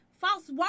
false